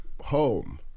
home